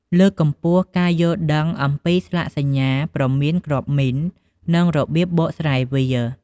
លើកកម្ពស់ការយល់ដឹងអំពីស្លាកសញ្ញាព្រមានគ្រាប់មីន និងរបៀបបកស្រាយវា។